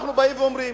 אנחנו אומרים: